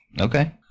Okay